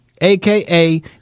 AKA